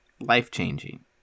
Life-changing